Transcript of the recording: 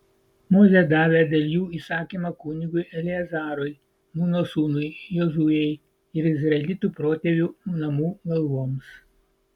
mozė davė dėl jų įsakymą kunigui eleazarui nūno sūnui jozuei ir izraelitų protėvių namų galvoms